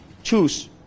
choose